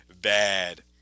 bad